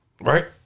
Right